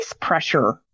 pressure